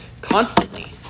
constantly